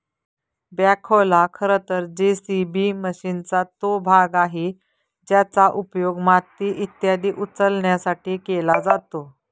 बॅखोला खरं तर जे.सी.बी मशीनचा तो भाग आहे ज्याचा उपयोग माती इत्यादी उचलण्यासाठी केला जातो